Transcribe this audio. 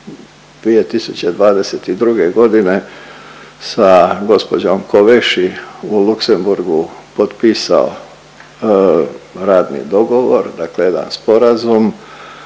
2022. godine sa gospođom Kovesi u Luksemburgu potpisao radni dogovor, dakle jedan sporazum